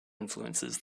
influences